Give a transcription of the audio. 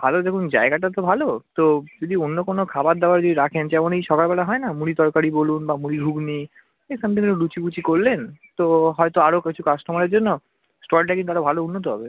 ভালো দেখুন জায়গাটা তো ভালো তো যদি অন্য কোনো খাবার দাবার যদি রাখেন যেমন এই সকালবেলা হয় না মুড়ি তরকারি বলুন বা মুড়ি ঘুগনি এই একটা লুচি ফুচি করলেন তো হয়তো আরও কিছু কাস্টোমারের জন্য স্টলটা কিন্তু আরও ভালো উন্নত হবে